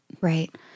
Right